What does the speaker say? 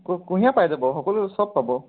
কু কুঁহিয়াৰ পাই যাব সকলো চব পাব